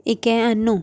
इक ऐ अनु